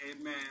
Amen